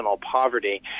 poverty